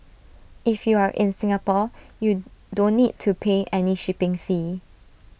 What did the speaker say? if you are in Singapore you don't need to pay any shipping fee